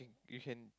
you can